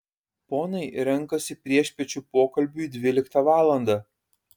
ponai renkasi priešpiečių pokalbiui dvyliktą valandą